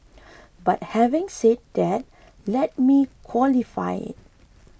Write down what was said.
but having said that let me qualify it